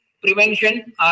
prevention